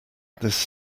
this